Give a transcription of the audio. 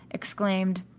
exclaimed,